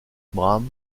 brahms